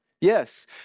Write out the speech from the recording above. Yes